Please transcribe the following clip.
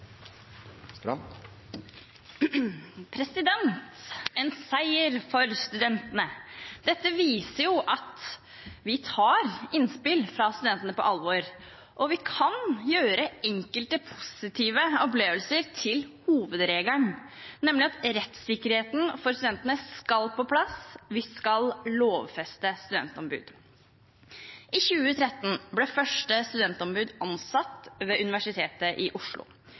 en seier for studentene. Det viser at vi tar innspill fra studentene på alvor, og at vi kan gjøre enkelte positive opplevelser til hovedregelen, nemlig at rettssikkerheten for studentene skal på plass: Vi skal lovfeste studentombud. I 2013 ble det første studentombudet ansatt ved Universitetet i Oslo.